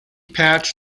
patch